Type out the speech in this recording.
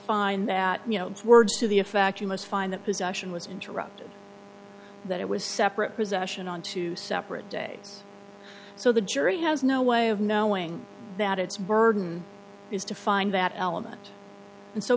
find that you know its words to the a fact you must find that possession was interrupted that it was separate possession on two separate days so the jury has no way of knowing that its burden is to find that element and so